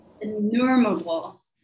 innumerable